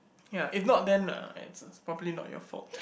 ya if not then lah it's probably not your fault